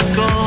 go